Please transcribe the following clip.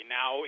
Now